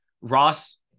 Ross